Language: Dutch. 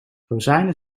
rozijnen